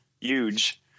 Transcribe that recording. Huge